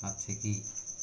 ଅଛି କି